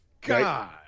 God